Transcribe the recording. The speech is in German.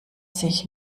sich